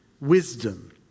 wisdom